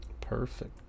Perfect